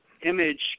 image